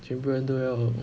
全部人都要